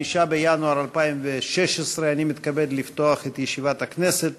5 בינואר 2016. אני מתכבד לפתוח את ישיבת הכנסת.